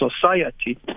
society